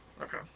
Okay